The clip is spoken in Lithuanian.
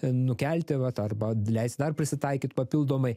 nukelti vat alba leist dar prisitaikyt papildomai